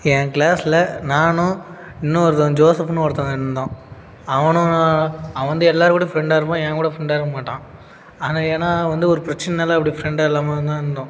என் க்ளாஸில் நானும் இன்னொருத்தவன் ஜோசஃப்னு ஒருத்தவன் இருந்தோம் அவனும் நான் அவன் வந்து எல்லாருக்கூடயும் ஃப்ரெண்டாக இருப்பான் என் கூட ஃப்ரெண்டாக இருக்க மாட்டான் அது ஏனால் வந்து ஒரு பிரச்சினனால அப்படி ஃப்ரெண்டாக இல்லாமல்தான் இருந்தோம்